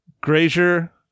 grazier